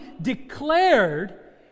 declared